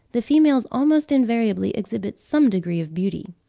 the females almost invariably exhibit some degree of beauty.